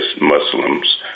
Muslims